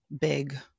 big